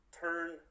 turn